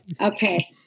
Okay